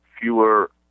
fewer